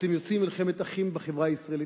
אתם יוצרים מלחמת אחים בחברה הישראלית.